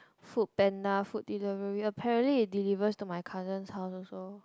Foodpanda Food Delivery apparently it delivers to my cousin house also